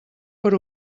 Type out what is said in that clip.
per